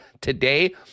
today